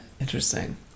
Interesting